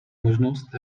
možnost